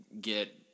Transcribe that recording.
get